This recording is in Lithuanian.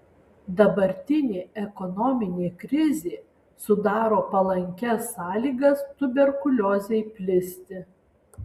dabartinė ekonominė krizė sudaro palankias sąlygas tuberkuliozei plisti